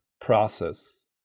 process